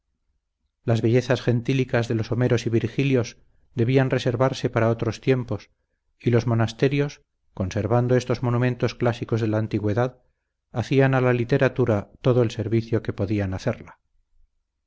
las bellezas gentílicas de los homeros y virgilios debían reservarse para otros tiempos y los monasterios conservando estos monumentos clásicos de la antigüedad hacían a la literatura todo el servicio que podían hacerla